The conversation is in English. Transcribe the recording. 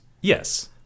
yes